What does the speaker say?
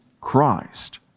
Christ